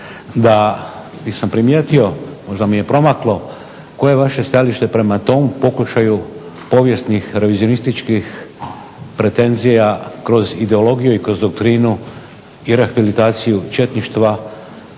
da, nisam primijetio, možda mi je promaklo koje je vaše stajalište prema tom pokušaju povijesnih, revizionističkih pretenzija kroz ideologiju i kroz doktrinu i … četništva.